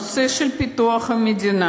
זה נושא של פיתוח המדינה.